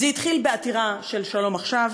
זה התחיל בעתירה של "שלום עכשיו".